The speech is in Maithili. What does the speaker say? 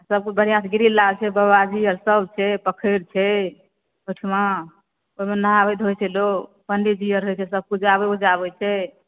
सब कुछ बढ़िऑं सँ ग्रील लागल छै बाबाजी अर सब छै पोखरि छै ओहिठुमा ओहिमे नहाबै धोइ छै लोग पंडी जी आओर रहै छै सब पुजाबै उजाबै छै